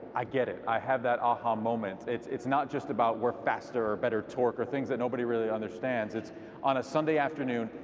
i get it, i had that ah-ha um moment. it's it's not just about we're faster or better torqued or things that nobody really understands. it's on a sunday afternoon,